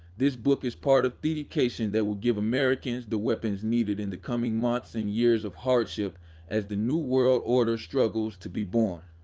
this book is part of theeducation that will give americans the weapons needed in the coming monthsand years of hardship as the new world order struggles to be born.